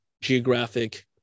geographic